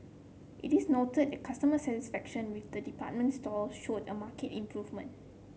it is noted that customer satisfaction with the department stores showed a market improvement